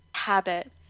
habit